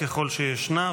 ככל שישנה,